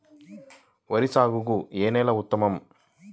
వరి సాగుకు ఏ నేల ఉత్తమం?